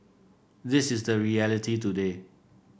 this is the reality today